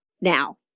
Now